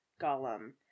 Gollum